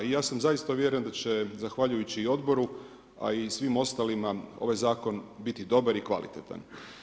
I ja sam zaista uvjeren, da će zahvaljujući i odboru, a i svim ostalima, ovaj zakon biti dobar i kvalitetan.